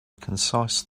concise